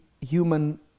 human